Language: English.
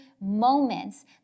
moments